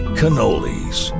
cannolis